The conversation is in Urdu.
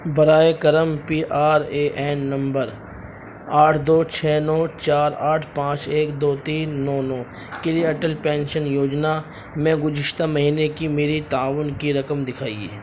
برائے کرم پی آر اے این نمبر آٹھ دو چھ نو چار آٹھ پانچ ایک دو تین نو نو کے لیے اٹل پینشن یوجنا میں گزشتہ مہینے کی میری تعاون کی رقم دکھائیے